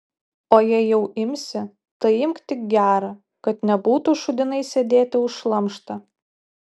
o jei jau imsi tai imk tik gerą kad nebūtų šūdinai sėdėti už šlamštą